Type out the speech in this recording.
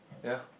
ya